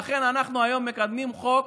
לכן, אנחנו היום מקדמים חוק,